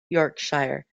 yorkshire